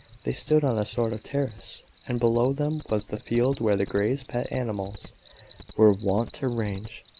they stood on a sort of terrace, and below them was the field where the greys' pet animals were wont to range.